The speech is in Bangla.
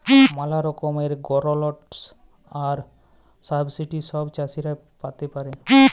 ম্যালা রকমের গ্র্যালটস আর সাবসিডি ছব চাষীরা পাতে পারে